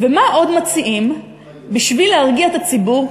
ומה עוד מציעים בשביל להרגיע את הציבור,